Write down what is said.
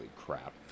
crap